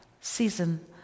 season